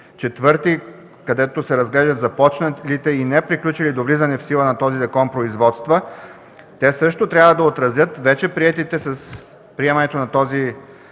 и в § 24, където се разглеждат започналите и неприключили до влизане в сила на този закон производства. Те също трябва да отразят вече приетите, с приемането на този